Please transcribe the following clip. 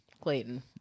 Clayton